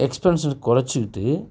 எக்ஸ்பென்ஷன் குறைச்சிக்கிட்டு